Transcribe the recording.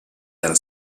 della